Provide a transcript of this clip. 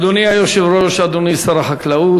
אדוני היושב-ראש, אדוני שר החקלאות,